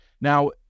Now